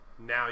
Now